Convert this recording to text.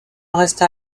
resta